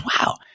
Wow